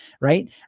right